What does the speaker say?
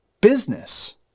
business